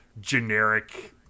generic